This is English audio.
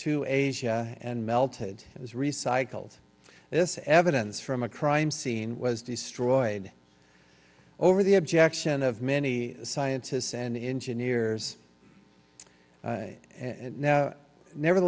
to asia and melted it was recycled this evidence from a crime scene was destroyed over the objection of many scientists and engineers and never